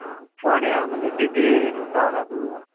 आं फोण्या म्हणजे सिटी एरयनूत रावला तूं